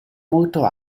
molto